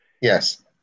Yes